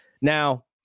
Now